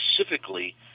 specifically